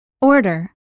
Order